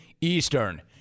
Eastern